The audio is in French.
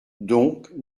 donc